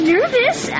Nervous